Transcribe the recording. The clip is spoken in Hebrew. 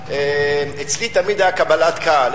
אצלי תמיד היה קבלת קהל,